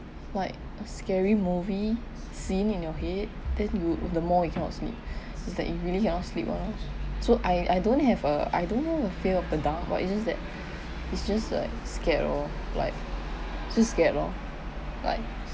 like scary movie scene in your head then you'd the more you cannot sleep it's like you really cannot sleep ah so I I don't have a I don't know the fear of the dark or it's just that it's just like scared lor like just scared lor like